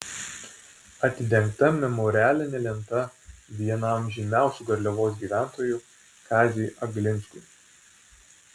atidengta memorialinė lenta vienam žymiausių garliavos gyventojų kaziui aglinskui